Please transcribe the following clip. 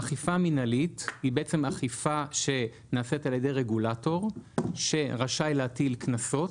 אכיפה מנהלית היא אכיפה שנעשית על ידי רגולטור שרשאי להטיל קנסות,